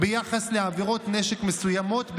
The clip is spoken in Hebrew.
ביחס לעבירות נשק מסוימות,